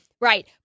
right